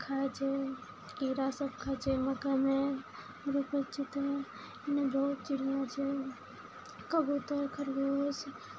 खाइ छै कीड़ा सब खाइ छै मकइमे रोपै छै तऽ बहुत चिड़िआ छै कबूतर खरगोश